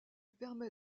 permet